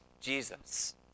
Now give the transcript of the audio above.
Jesus